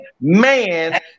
man